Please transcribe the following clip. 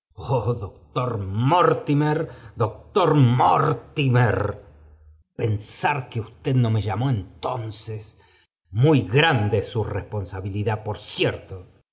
doctor mortimer doctor mortimer pensar üll que usted no me llamó entonces rmuv es su responsabilidad por eierto